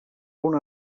una